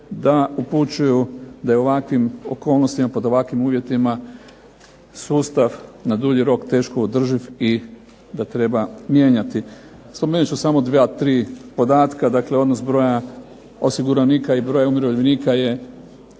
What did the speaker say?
da upućuju da i ovakvim okolnostima, pod ovakvim uvjetima sustav na dulji rok teško održiv i da treba mijenjati. Spomenut ću samo dva, tri podatka, dakle odnos broja osiguranika i broja umirovljenika je